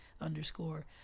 underscore